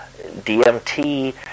DMT